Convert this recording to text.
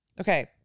Okay